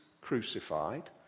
crucified